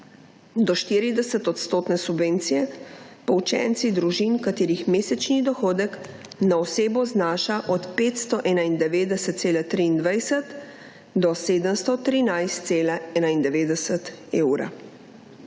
Do 40 % subvencije pa učenci družin katerih mesečni dohodek na osebo znaša od 591,23 do 713,91 evra.